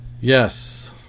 Yes